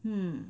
hmm